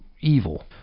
evil